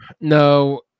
No